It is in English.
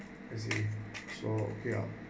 I see so okay ah